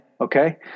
Okay